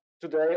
Today